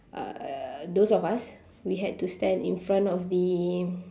uhh those of us we had to stand in front of the